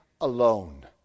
alone